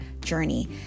journey